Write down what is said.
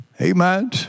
Amen